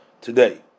today